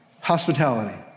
Hospitality